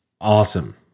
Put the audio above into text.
awesome